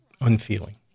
unfeeling